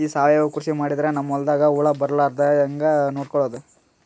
ಈ ಸಾವಯವ ಕೃಷಿ ಮಾಡದ್ರ ನಮ್ ಹೊಲ್ದಾಗ ಹುಳ ಬರಲಾರದ ಹಂಗ್ ನೋಡಿಕೊಳ್ಳುವುದ?